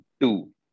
two